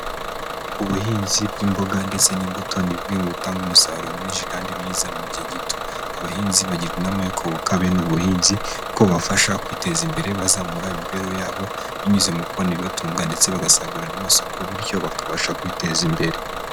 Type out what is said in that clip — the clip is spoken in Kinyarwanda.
Ubuhinzi bw'imboga ndetse n'imbuto ni bumwe mu butanga umusaruro mwinshi kandi mwiza mu gihe gito. Abahinzi bagirwa inama yo kuyoboka bene ubu buhinzi kuko bibafasha kwiteza imbere bazamura imibereho yabo binyuze mu kubona ibatunga ndetse bagasagura n'amasoko bityo bakabasha kwiteza imbere.